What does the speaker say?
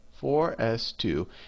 4s2